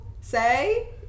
say